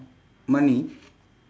money